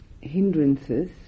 hindrances